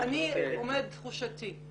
אני אומרת את תחושתי.